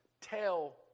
tell